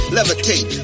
Levitate